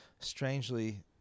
strangely